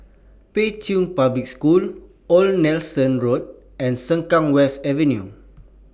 Pei Chun Public School Old Nelson Road and Sengkang West Avenue